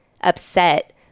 upset